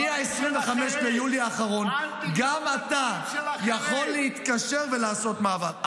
מ-25 ביולי האחרון גם אתה יכול להתקשר ולעשות מעבר.